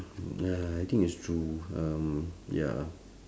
ya I think it's true um ya